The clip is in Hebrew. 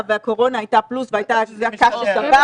והקורונה הייתה פלוס --- בטח שזה משנה.